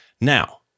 Now